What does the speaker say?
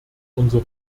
unser